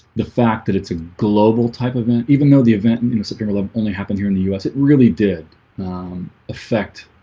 the fact that it's a global type of event even though the event and and the superior love only happened here in the us it really did affect